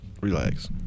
Relax